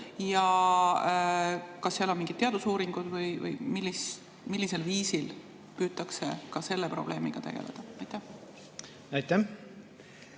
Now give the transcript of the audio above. kohta on mingeid teadusuuringuid või millisel viisil püütakse selle probleemiga tegeleda? Aitäh!